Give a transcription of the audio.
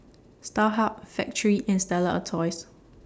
Starhub Factorie and Stella Artois